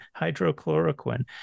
hydrochloroquine